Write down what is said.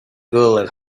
girl